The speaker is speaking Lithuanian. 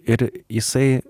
ir jisai